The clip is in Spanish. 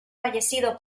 fallecido